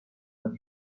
went